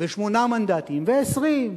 ושמונה מנדטים, ו-20.